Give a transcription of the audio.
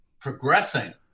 Progressing